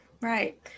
right